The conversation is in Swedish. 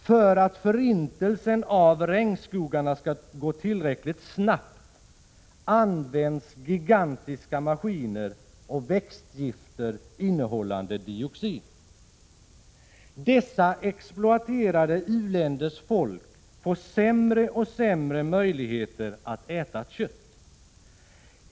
För att förintelsen av regnskogarna skall gå tillräckligt snabbt används gigantiska maskiner och växtgifter innehållande dioxin. Dessa exploaterade u-länders folk får sämre och sämre möjligheter att äta kött.